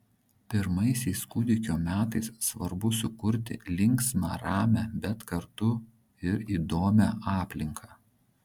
pirmaisiais kūdikio metais svarbu sukurti linksmą ramią bet kartu ir įdomią aplinką